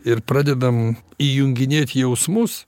ir pradedam įjunginėt jausmus